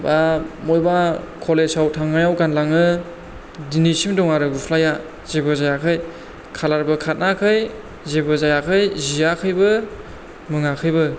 बा मयबा कलेजआव थांनायाव गानलाङो दिनैसिम दं आरो गुस्लाया जेबो जायाखै कालारबो खाथनाखै जेबो जायाखै जियाखैबो मुङाखैबो